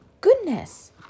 Goodness